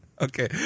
Okay